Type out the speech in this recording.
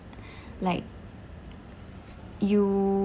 like you